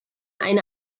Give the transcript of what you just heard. eine